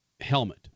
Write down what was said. helmet